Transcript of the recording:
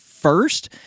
first